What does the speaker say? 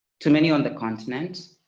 too many on the continent,